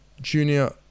Junior